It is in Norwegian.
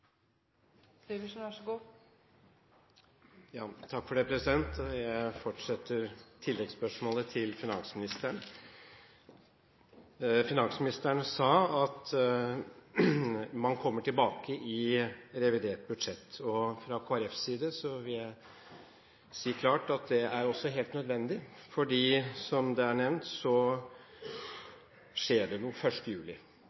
til finansministeren. Finansministeren sa at man kommer tilbake til saken i revidert budsjett. Fra Kristelig Folkepartis side vil jeg si klart at det også er helt nødvendig. For, som det er nevnt, det skjer noe 1. juli.